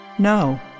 No